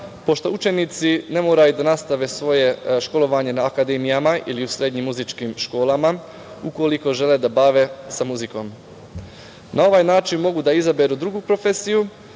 pošto učenici ne moraju da nastave svoje školovanje na akademijama ili u srednjim muzičkim školama ukoliko žele da se bave muzikom. Na ovaj način mogu da izaberu drugu profesiju,